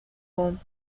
form